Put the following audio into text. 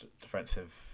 defensive